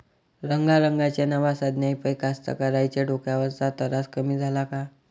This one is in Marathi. रंगारंगाच्या नव्या साधनाइपाई कास्तकाराइच्या डोक्यावरचा तरास कमी झाला का?